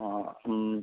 ആ മ്